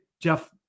Jeff